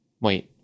wait